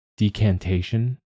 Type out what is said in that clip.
decantation